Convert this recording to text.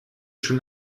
schon